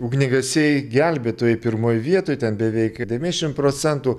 ugniagesiai gelbėtojai pirmoj vietoj ten beveik devyniasdešimt procentų